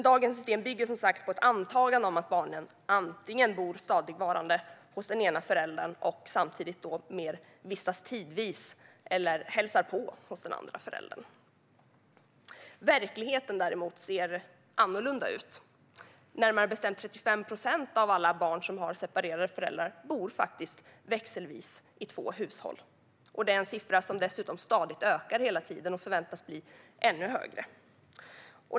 Dagens system bygger som sagt på ett antagande om att barnen antingen bor stadigvarande hos den ena föräldern och vistas tidvis eller hälsar på hos den andra föräldern. Verkligheten ser dock annorlunda ut i dag. Närmare bestämt 35 procent av alla barn som har separerade föräldrar bor faktiskt växelvis i två hushåll, en siffra som dessutom stadigt ökar hela tiden och förväntas bli ännu högre.